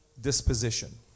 disposition